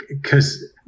because-